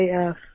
AF